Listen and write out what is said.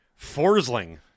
Forsling